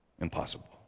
Impossible